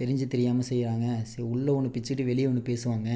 தெரிஞ்சு தெரியாமல் செய்யுறாங்க சரி உள்ளே ஒன்று வெச்சிட்டு வெளியே ஒன்று பேசுவாங்க